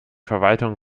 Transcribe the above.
verwaltung